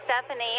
Stephanie